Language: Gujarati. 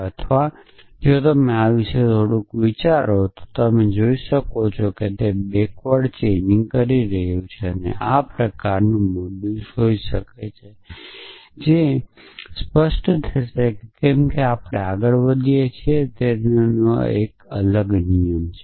અથવા જો તમે આ વિશે થોડુંક વિચારો છો તો તમે જોઈ શકો છો કે જે બેક્વર્ડ ચેઇનિંગ કરી રહ્યું છે તે આ પ્રકારનું મોડ્યુસ હોઈ શકે છે જે સ્પષ્ટ થઈ જશે કેમ કે આપણે આગળ વધીએ તેનો એક અલગ નિયમ છે